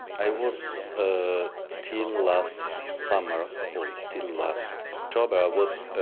i was ah till last summer or till last october was ah